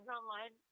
online